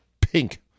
pink